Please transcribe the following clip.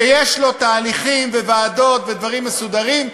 שיש לו תהליכים וועדות ודברים מסודרים,